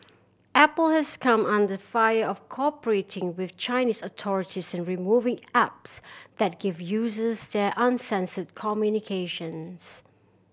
Apple has come under fire of cooperating with Chinese authorities in removing apps that give users there uncensored communications